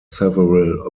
several